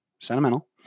sentimental